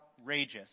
outrageous